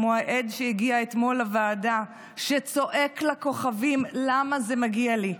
כמו העד שהגיע אתמול לוועדה שצועק לכוכבים: למה זה מגיע לי?